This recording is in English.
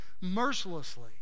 mercilessly